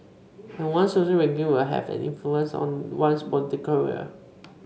and one's social ranking will have an influence on one's political career